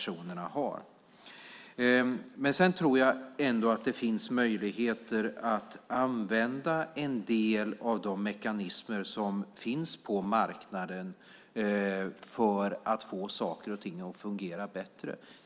Sedan tror jag ändå att det finns möjligheter att använda en del av de mekanismer som finns på marknaden för att få saker och ting att fungera bättre.